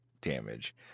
damage